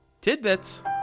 tidbits